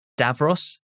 Davros